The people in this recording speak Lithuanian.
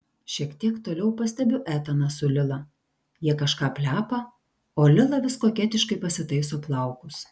šiek tiek toliau pastebiu etaną su lila jie kažką plepa o lila vis koketiškai pasitaiso plaukus